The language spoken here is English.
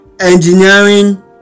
engineering